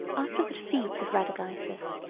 after the defeat of radagaisus,